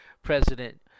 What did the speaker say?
President